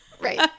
Right